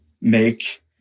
make